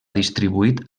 distribuït